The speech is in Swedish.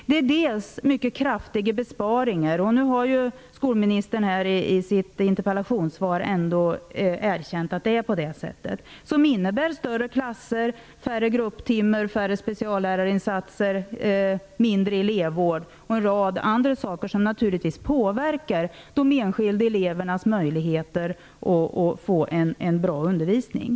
Det är fråga om mycket kraftiga besparingar -- skolministern har i sitt interpellationssvar erkänt att det är på det sättet -- som innebär större klasser, färre grupptimmar, färre speciallärarinsatser, mindre elevvård och en rad annat som naturligtvis påverkar de enskilda elevernas möjligheter att få en bra undervisning.